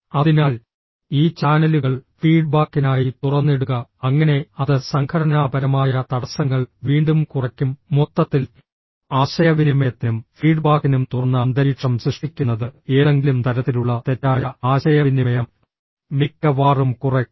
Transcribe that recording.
അതിനാൽ ഈ ചാനലുകൾ ഫീഡ്ബാക്കിനായി തുറന്നിടുക അങ്ങനെ അത് സംഘടനാപരമായ തടസ്സങ്ങൾ വീണ്ടും കുറയ്ക്കും മൊത്തത്തിൽ ആശയവിനിമയത്തിനും ഫീഡ്ബാക്കിനും തുറന്ന അന്തരീക്ഷം സൃഷ്ടിക്കുന്നത് ഏതെങ്കിലും തരത്തിലുള്ള തെറ്റായ ആശയവിനിമയം മിക്കവാറും കുറയ്ക്കും